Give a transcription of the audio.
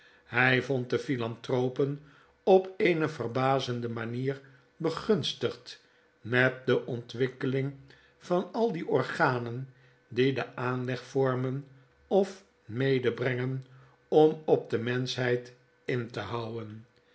hij vond de philanthropen op eene verbazende manier begunstigd met de ontwikkeling van al die organen die den aanleg vormen of medebrengen om op de menschheid in te houwen